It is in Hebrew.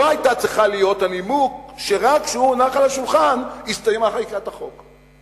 לא היה צריך להיות הנימוק שרק כשהוא הונח על השולחן הסתיימה חקיקת החוק.